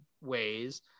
ways